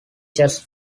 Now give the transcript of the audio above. just